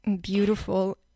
Beautiful